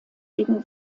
gegen